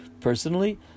personally